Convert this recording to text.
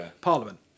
parliament